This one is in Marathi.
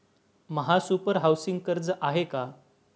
महासुपर हाउसिंग कर्ज आहे का?